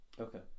Okay